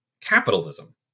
capitalism